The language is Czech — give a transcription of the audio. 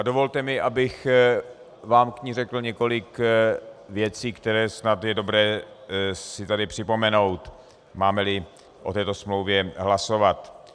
Dovolte mi, abych vám k ní řekl několik věcí, které snad je dobré si tady připomenout, mámeli o této smlouvě hlasovat.